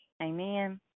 Amen